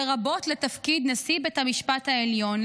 לרבות לתפקיד נשיא בית המשפט העליון,